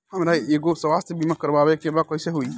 हमरा एगो स्वास्थ्य बीमा करवाए के बा कइसे होई?